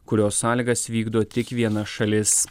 kurios sąlygas vykdo tik viena šalis